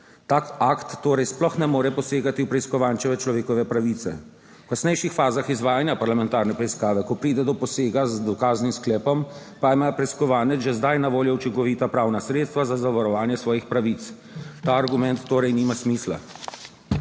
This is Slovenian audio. Tak akt torej sploh ne more posegati v preiskovančeve človekove pravice. V kasnejših fazah izvajanja parlamentarne preiskave, ko pride do posega z dokaznim sklepom, pa ima preiskovanec že zdaj na voljo učinkovita pravna sredstva za zavarovanje svojih pravic. Ta argument torej nima smisla.